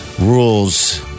rules